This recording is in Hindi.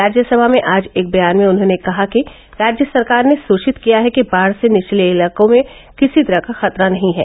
राज्यसभा में आज एक बयान में उन्होंने कहा कि राज्य सरकार ने सुचित किया है कि बाढ़ से निचले इलाकों में किसी तरह का खतरा नहीं है